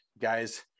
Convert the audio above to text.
guys